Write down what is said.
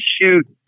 shoot